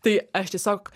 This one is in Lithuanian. tai aš tiesiog